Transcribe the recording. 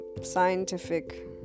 scientific